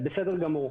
זה בסדר גמור,